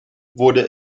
wurde